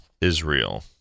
Israel